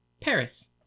Paris